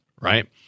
right